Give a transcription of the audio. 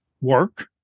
work